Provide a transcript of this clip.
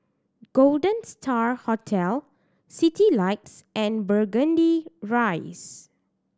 Golden Star Hotel Citylights and Burgundy Rise